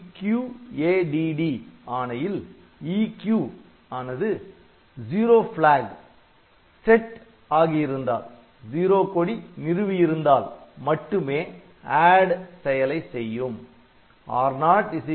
EQADD ஆணையில் EQ ஆனது zero கொடி நிறுவி இருந்தால் மட்டுமே ADD செயலை செய்யும்